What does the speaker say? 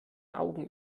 augen